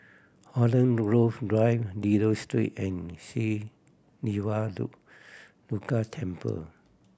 Holland Grove Drive Dido Street and Sri Siva Durga Temple